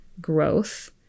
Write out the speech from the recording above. growth